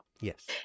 Yes